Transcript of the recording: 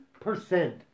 percent